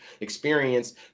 experience